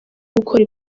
gukora